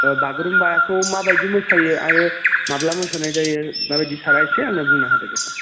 ओह बागुरुम्बाखौ माबायदि मोसायो आरो माब्ला मोसानाय जायो माबायदि सारा एसे आंनो बुंना होदोदे सार